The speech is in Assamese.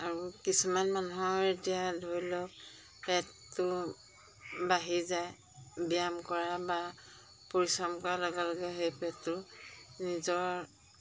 আৰু কিছুমান মানুহৰ এতিয়া ধৰি লওক পেটটো বাঢ়ি যায় ব্যায়াম কৰা বা পৰিশ্ৰম কৰা লগে লগে সেই পেটটো নিজৰ